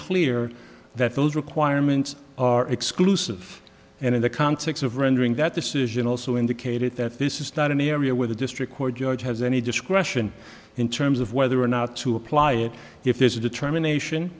clear that those requirements are exclusive and in the context of rendering that decision also indicated that this is not an area where the district court judge has any discretion in terms of whether or not to apply it if there's a determination